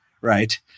right